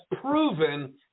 proven